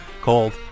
called